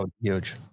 huge